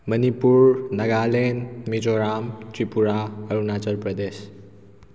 Manipur Nagaland Mizoram Tripura Arunachal Pradesh